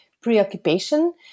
preoccupation